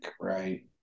right